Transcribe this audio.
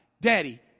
Daddy